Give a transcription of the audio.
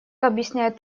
объясняет